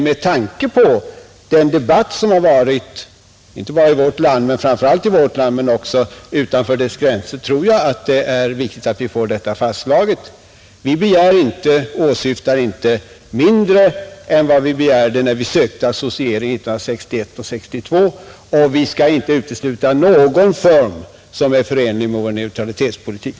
Med tanke på den debatt som förts framför allt i vårt land men också utanför dess gränser tror jag emellertid att det är viktigt att få detta fastslaget. Vi begär inte mindre nu än vi begärde när vi ansökte om associering 1961—1962, och vi skall inte utesluta någon form som är förenlig med vår neutralitetspolitik.